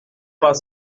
pas